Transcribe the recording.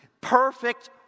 perfect